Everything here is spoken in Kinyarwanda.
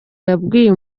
yabwiye